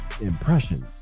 impressions